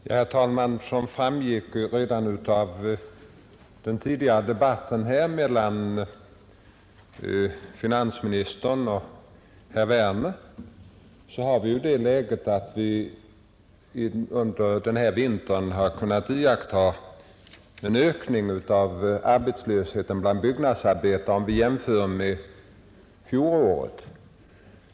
Herr talman! Som framgick redan av den tidigare debatten här mellan finansministern och herr Werner i Tyresö, har vi under denna vinter kunnat iakttaga en ökning av arbetslösheten bland byggnadsarbetarna i jämförelse med fjolåret.